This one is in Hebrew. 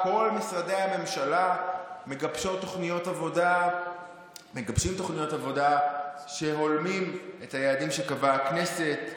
כל משרדי הממשלה מגבשים תוכניות עבודה שהולמות את היעדים שקבעה הכנסת.